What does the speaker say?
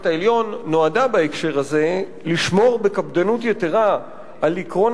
העליון נועדה בהקשר הזה לשמור בקפדנות יתירה על עקרון